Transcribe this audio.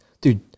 dude